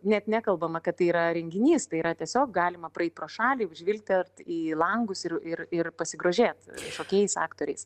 net nekalbama kad yra renginys tai yra tiesiog galima praeit pro šalį žvilgtelt į langus ir ir pasigrožėti šokėjais aktoriais